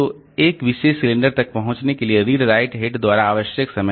तो एक विशेष सिलेंडर तक पहुंचने के लिए रीड राइट हेड द्वारा आवश्यक समय